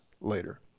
later